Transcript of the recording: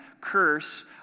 curse